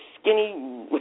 skinny